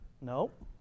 Nope